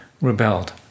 rebelled